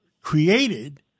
created